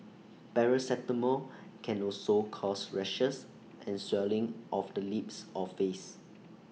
paracetamol can also cause rashes and swelling of the lips or face